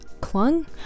clung